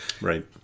Right